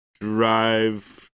drive